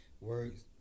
words